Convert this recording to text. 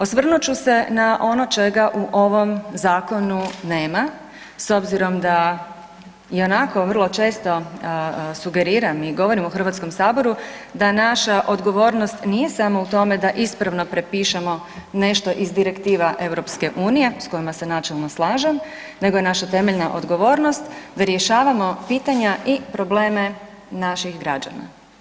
Osvrnut ću se na ono čega u ovom zakonu nema, s obzirom da i onako vrlo često sugeriram i govorim u HS-u da naša odgovornost nije samo u tome da ispravno prepišemo nešto iz direktiva EU s kojima se načelno slažem, nego je naša temeljna odgovornost da rješavamo pitanja i probleme naših građana.